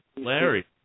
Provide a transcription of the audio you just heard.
Larry